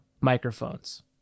microphones